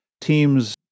teams